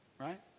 right